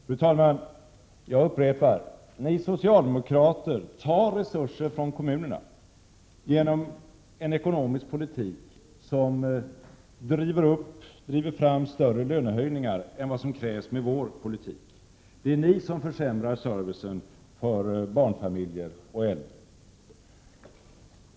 Fru talman! Jag upprepar: Ni socialdemokrater tar resurser från kommunerna genom en ekonomisk politik som driver fram större lönehöjningar än vad som krävs med vår politik. Det är ni som försämrar servicen för barnfamiljer och äldre.